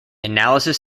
analysis